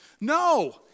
No